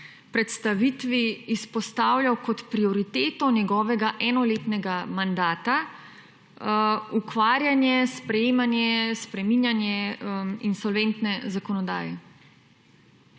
predstavitvi izpostavljal kot prioriteto njegovega enoletnega mandata, ukvarjanje, sprejemanje, spreminjanje in solventne zakonodaje.